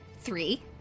Three